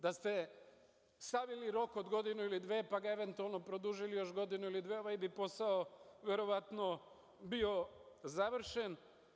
Da ste stavili rok od godinu ili dve, pa ga eventualno produžili još godinu ili dve, ovaj bi posao verovatno bio završen.